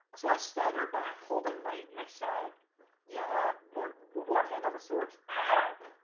so i stagger back holding my my side yeah one one hand on the swords oh